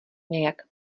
nějak